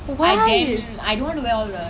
october mid october lah இருக்கும்:irukkom lah